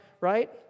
Right